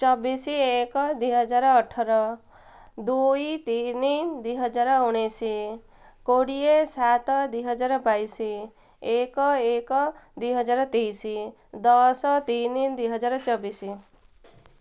ଚବିଶି ଏକ ଦୁଇ ହଜାର ଅଠର ଦୁଇ ତିନି ଦୁଇ ହଜାର ଉଣେଇଶି କୋଡ଼ିଏ ସାତ ଦୁଇ ହଜାର ବାଇଶି ଏକ ଏକ ଦୁଇ ହଜାର ତେଇଶି ଦଶ ତିନି ଦୁଇ ହଜାର ଚବିଶି